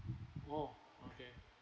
oh okay